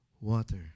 water